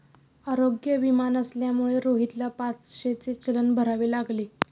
आरोग्य विमा नसल्यामुळे रोहितला पाचशेचे चलन भरावे लागले